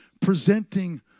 presenting